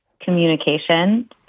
communication